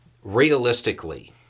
Realistically